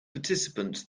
participants